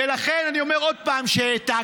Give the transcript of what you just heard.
ולכן אני אומר עוד פעם שהעתקת.